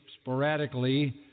sporadically